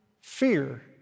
fear